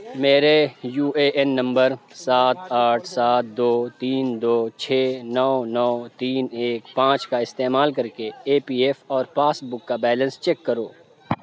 میرے U A N نمبر سات آٹھ سات دو تین دو چھ نو نو تین ایک پانچ کا استعمال کر کے اے پی ایف اور پاس بک کا بیلنس چیک کرو